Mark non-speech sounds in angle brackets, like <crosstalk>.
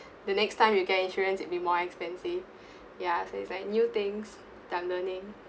the next time you get insurance it'd be more expensive <breath> ya so is like new things that I'm learning